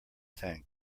tank